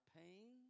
pain